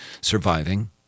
surviving